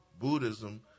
Buddhism